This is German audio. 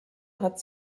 hat